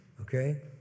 okay